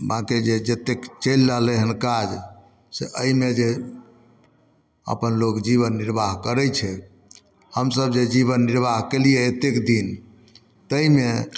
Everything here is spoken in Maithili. बाकी जे जतेक चलि रहलै हन काज से एहिमे जे अपन लोक जीवन निर्वाह करै छै हमसब जे जीवन निर्वाह केलियै एतेक दिन ताहिमे